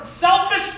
selfish